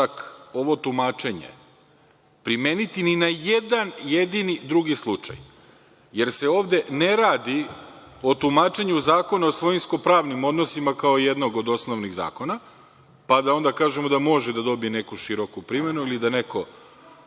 ovo tumačenje primeniti ni na jedan jedini slučaj, jer se ovde ne radi o tumačenju Zakona o svojinsko-pravnim odnosima, kao jednog od osnovnih zakona, pa da onda kažemo da može da dobije neku široku primenu, da neko